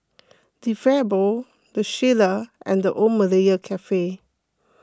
De Fabio the Shilla and the Old Malaya Cafe